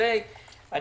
את